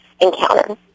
encounter